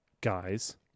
Guys